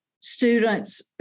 students